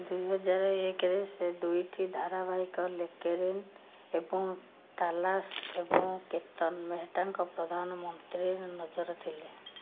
ଦୁଇହଜାର ଏକରେ ସେ ଦୁଇଟି ଧାରାବାହିକ ଲେକେରିନ୍ ଏବଂ ତାଲାଶ ଏବଂ କେତନ ମେହେଟ୍ଟାଙ୍କ ପ୍ରଧାନ ମନ୍ତ୍ରୀରେ ନଜର ଥିଲେ